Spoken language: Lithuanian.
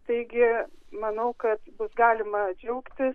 taigi manau kad bus galima džiaugtis